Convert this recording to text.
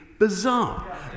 bizarre